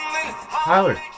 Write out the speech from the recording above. Tyler